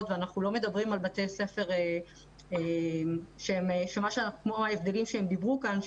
ואנחנו לא מדברים על בתי ספר כמו בהבדלים שהם דיברו כאן,